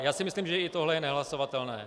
Já si myslím, že i tohle je nehlasovatelné.